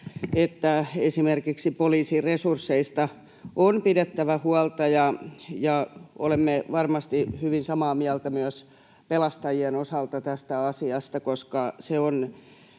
että esimerkiksi poliisin resursseista on pidettävä huolta, ja olemme varmasti hyvin samaa mieltä myös pelastajien osalta tästä asiasta, koska se on